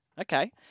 Okay